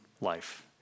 life